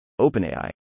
OpenAI